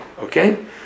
okay